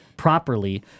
Properly